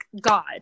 God